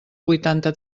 vuitanta